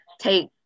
take